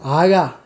ஆஹா